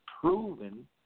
proven